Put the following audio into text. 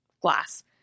glass